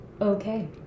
Okay